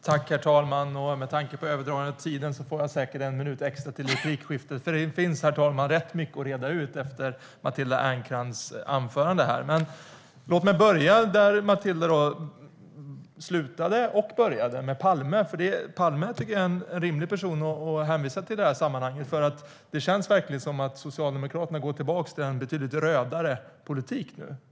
Herr talman! Med tanke på överskridandet av talartiden får jag säkert en minut extra till replikskiftet, för det finns, herr talman, rätt mycket att reda ut efter Matilda Ernkrans anförande. Låt mig börja där Matilda började och slutade, med Palme. Palme tycker jag är en rimlig person att hänvisa till i det här sammanhanget, för det känns verkligen som att Socialdemokraterna går tillbaka till en betydligt rödare politik nu.